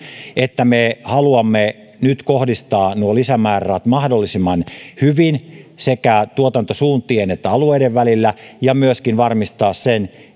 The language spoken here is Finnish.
että me haluamme nyt kohdistaa nuo lisämäärärahat mahdollisimman hyvin sekä tuotantosuuntien että alueiden välillä ja myöskin varmistaa sen